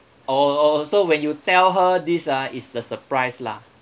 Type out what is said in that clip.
oh oh so when you tell her this ah it's the surprise lah